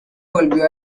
volvió